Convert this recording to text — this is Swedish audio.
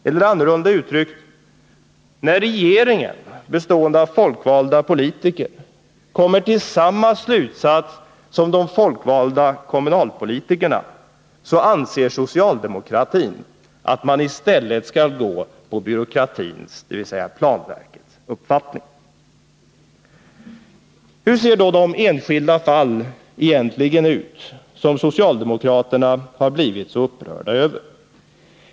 Eller: När regeringen, bestående av folkvalda politiker, kommer till samma slutsats som de folkvalda kommunalpolitikerna, så anser socialdemokratin att man i stället skall gå på byråkratins, dvs. planverkets, uppfattning. Hur ser då de enskilda fall egentligen ut som socialdemokraterna har blivit så upprörda över?